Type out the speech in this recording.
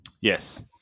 Yes